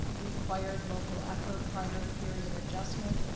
required local effort prior period adjustment,